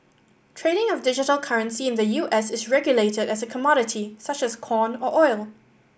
trading of digital currency in the U S is regulated as a commodity such as corn or oil